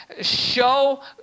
show